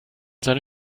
seine